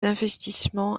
investissements